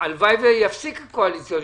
הלוואי ויפסיק הקואליציוני,